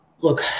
look